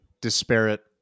disparate